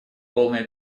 полная